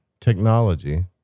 technology